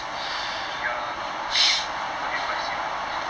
ya what do you mean like symbols